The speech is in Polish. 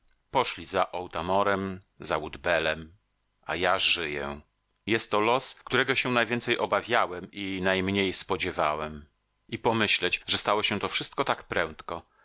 poszli za otamorem za woodbellem a ja żyję jest to los którego się najwięcej obawiałem i najmniej spodziewałem i pomyśleć że stało się to wszystko tak prędko